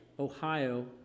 Ohio